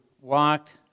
walked